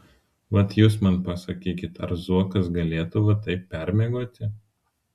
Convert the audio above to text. vat jūs man pasakykit ar zuokas galėtų va taip permiegoti